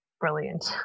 brilliant